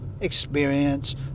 experience